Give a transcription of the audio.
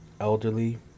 elderly